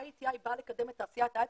IATI באה לקדם את תעשיית ההייטק,